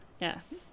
yes